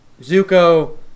zuko